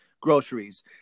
groceries